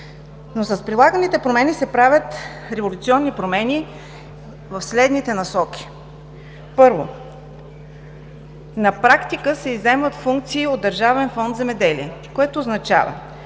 С прилаганите промени се правят революционни промени в следните насоки: Първо, на практика се изземват функции от Държавен фонд „Земеделие“, което означава,